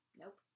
Nope